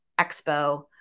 expo